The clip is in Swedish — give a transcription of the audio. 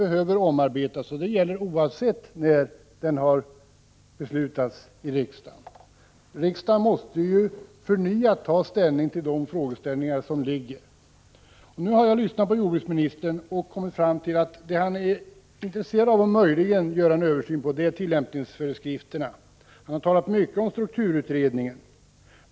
1985/86:30 oavsett när den har beslutats av riksdagen. Riksdagen måste på nytt ta 19 november 1985 ställning till dessa frågor. RSS SE Nu har jag lyssnat på jordbruksministern och kommit fram till att det han möjligen är intresserad avi detta fall är att göra en översyn av tillämpningsföreskrifterna. Han har ingående talat om strukturutredningen.